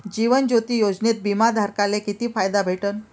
जीवन ज्योती योजनेत बिमा धारकाले किती फायदा भेटन?